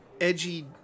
edgy